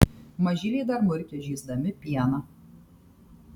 mažyliai dar murkia žįsdami pieną